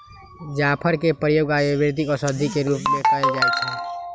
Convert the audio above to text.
जाफर के प्रयोग आयुर्वेदिक औषधि के रूप में कएल जाइ छइ